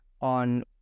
on